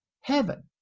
heaven